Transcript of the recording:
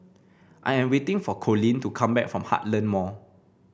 I am waiting for Coleen to come back from Heartland Mall